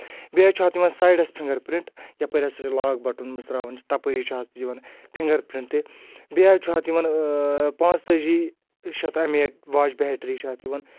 بیٚیہِ حظ چھُ اَتھ یِوان سایڈَس فِنٛگَر پرٛنٛٹ یَپٲرۍ ہَسا چھُ لاک بَٹُن مٕژراوان چھِ تَپٲری چھُ اَتھ یِوان فِنٛگَر پرٛنٛٹ تہِ بیٚیہِ حظ چھُ اَتھ یِوان پانٛژتٲجی چھِ اتھ ایم ایڈ واش بیٹری چھِ اَتھ یِوان